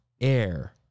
air